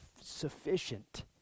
sufficient